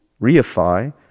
reify